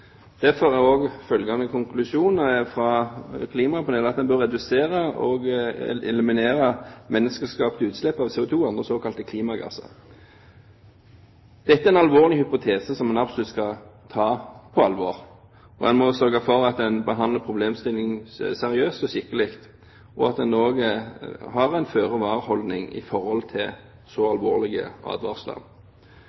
Derfor er også følgelig konklusjonen fra klimapanelet at en bør redusere og eliminere menneskeskapte utslipp av CO2 og andre såkalte klimagasser. Dette er en alvorlig hypotese som en absolutt skal ta på alvor. En må sørge for at en behandler problemstillingen seriøst og skikkelig, og at en også har en føre var-holdning i forhold til så